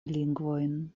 lingvojn